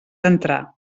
entrar